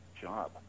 job